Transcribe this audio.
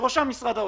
ובראשם משרד האוצר.